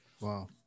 wow